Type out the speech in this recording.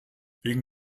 wegen